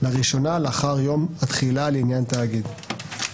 לראשונה לאחר יום התחילה לעניין תאגיד.